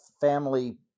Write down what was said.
family